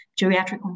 geriatric